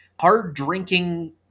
hard-drinking